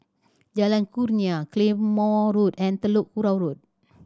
Jalan Kurnia Claymore Road and Telok Kurau Road